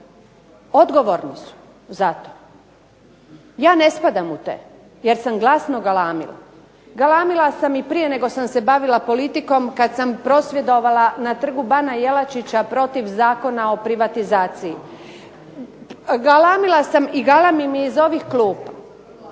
odgovorni su za to. Ja ne spadam u te, jer sam glasno galamila. Galamila sam i prije nego sam se bavila politikom, kad sam prosvjedovala na Trgu bana Jelačića protiv Zakona o privatizaciji. Galamila sam i galamim iz ovih klupa,